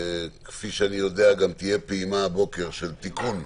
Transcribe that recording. וכפי שאני יודע גם תהיה פעימה הבוקר של תיקון.